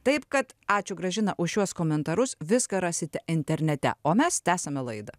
taip kad ačiū gražina už šiuos komentarus viską rasite internete o mes tęsiame laidą